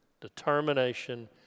Determination